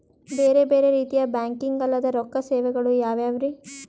ಬೇರೆ ಬೇರೆ ರೀತಿಯ ಬ್ಯಾಂಕಿಂಗ್ ಅಲ್ಲದ ರೊಕ್ಕ ಸೇವೆಗಳು ಯಾವ್ಯಾವ್ರಿ?